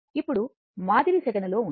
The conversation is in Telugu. ఇప్పుడు మాదిరి సెకనులో ఉంటుంది